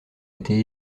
été